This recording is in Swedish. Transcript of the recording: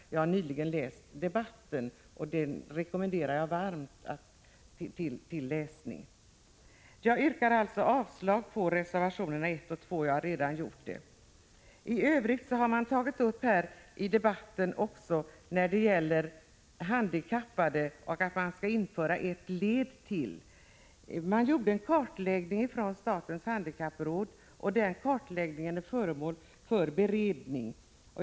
Jag har nyligen gått igenom debatten, och jag rekommenderar den varmt för läsning. Jag yrkar alltså avslag på reservationerna 1 och 2. IT övrigt har det i debatten tagits upp att man skall införa ytterligare en nivå inom handikappersättningen. Statens handikappråd har gjort en kartläggning. Den kartläggningen är nu föremål för beredning.